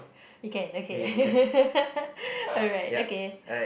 you can okay alright okay